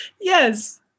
Yes